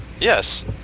Yes